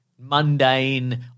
mundane